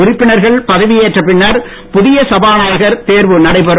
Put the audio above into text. உறுப்பினர்கள் பதவி ஏற்ற பின்னர் புதிய சபாநாயகர் தேர்வு நடைபெறும்